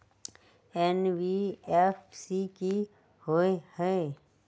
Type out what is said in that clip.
NBFC कि होअ हई?